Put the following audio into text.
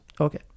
Okay